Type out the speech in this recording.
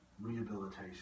rehabilitation